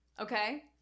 Okay